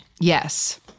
Yes